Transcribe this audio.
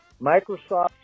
Microsoft